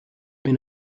been